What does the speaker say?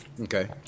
Okay